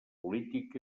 polític